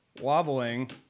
wobbling